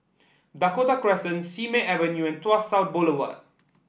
Dakota Crescent Simei Avenue and Tuas South Boulevard